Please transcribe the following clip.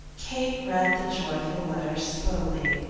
kate read the joyful letter slowly.